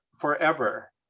forever